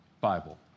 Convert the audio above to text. Bible